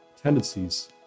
tendencies